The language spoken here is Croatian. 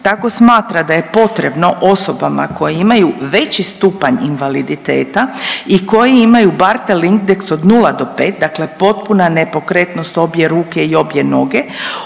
Tako smatra da je potrebno osobama koje imaju veći stupanj invaliditeta i koji imaju Barthel indeks od 0 do 5, dakle potpuna nepokretnost obje ruke i obje noge,